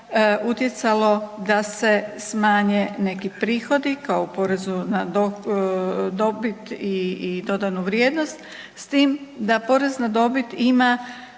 utjecalo da se smanje neki prihodi kao porezu na dobit i dodanu vrijednost, s tim da porez na dobit ima